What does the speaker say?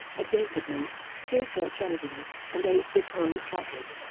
a database, two search engines, and eight bittorrent trackers.